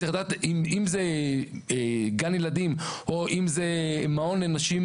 צריך לדעת אם זה גן ילדים או אם זה מעון לנשים,